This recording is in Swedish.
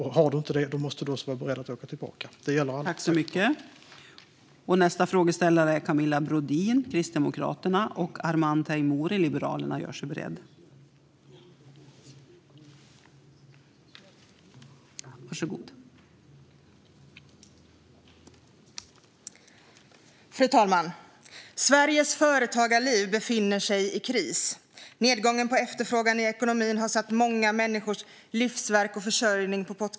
Har man inte det måste man vara beredd att åka tillbaka.